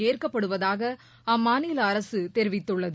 ஏற்கப்படுவதாக அம்மாநில அரசு அறிவித்துள்ளது